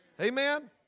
Amen